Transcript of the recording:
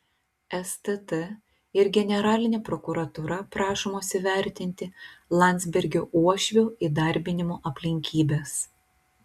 stt ir generalinė prokuratūra prašomos įvertinti landsbergio uošvio įdarbinimo aplinkybes